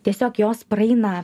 tiesiog jos praeina